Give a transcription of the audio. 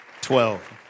twelve